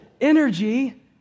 energy